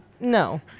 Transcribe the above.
no